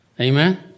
Amen